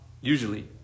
Usually